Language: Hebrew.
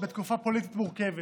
בתקופה פוליטית מורכבת,